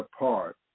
apart